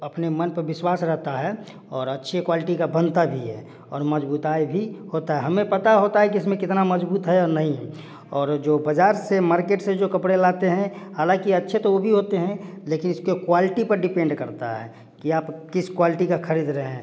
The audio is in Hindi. अपने मन पर विश्वास रहता है और अच्छी क्वालटी का बनता भी है और मज़बूती भी होता है हमें पता होता है कि इस में कितना मजबूत है और नहीं है और जो बजार से मार्किट से जो कपड़े लाते हैं हालाँकी अच्छे तो वो भी होते हैं लेकिन इसके क्वालटी पर डिपेंड करता है कि आप किस क्वालटी का खरीद रहे हैं